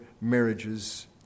marriages